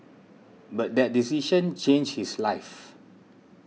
but that decision changed his life